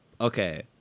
Okay